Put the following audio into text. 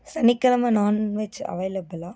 சனிக்கிழம நான்வெஜ் அவைலபுளா